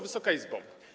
Wysoka Izbo!